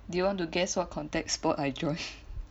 you want to guess what contact sport I join